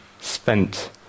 spent